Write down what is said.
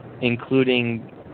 including